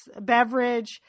beverage